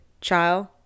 child